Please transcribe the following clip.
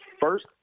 first